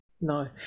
no